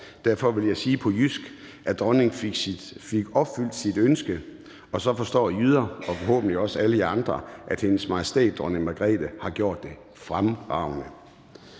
Derfor vil jeg sige på jysk, at dronningen fik opfyldt sit ønske. Og så forstår jyder – og forhåbentlig også alle jer andre – at Hendes Majestæt Dronning Margrethe har gjort det fremragende.